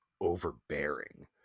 overbearing